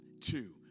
two